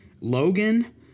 Logan